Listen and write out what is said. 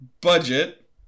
Budget